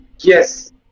Yes